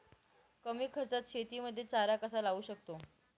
मी कमी खर्चात शेतीमध्ये चारा कसा लावू शकतो?